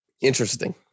interesting